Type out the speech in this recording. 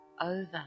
over